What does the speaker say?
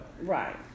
Right